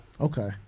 Okay